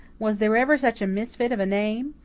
was there ever such a misfit of a name?